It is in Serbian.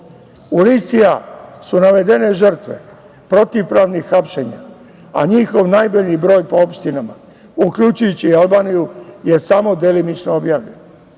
listi „a“ su navedene žrtve protivpravnih hapšenja, a njihov najdalji broj po opštinama, uključujući i Albaniju, je samo delimično objavljen.